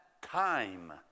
time